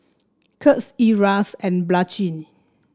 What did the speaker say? Kurt Ezra and Blanchie